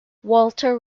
walter